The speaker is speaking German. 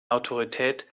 autorität